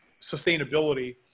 sustainability